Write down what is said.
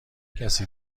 کسی